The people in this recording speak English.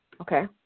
Okay